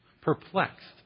perplexed